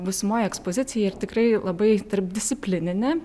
būsimoji ekspozicija ir tikrai labai tarpdisciplininė